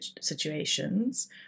situations